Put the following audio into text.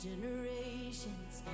Generations